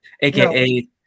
aka